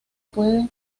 puede